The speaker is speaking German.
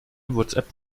whatsapp